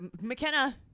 McKenna